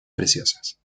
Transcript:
preciosas